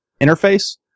interface